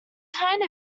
kind